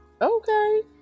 okay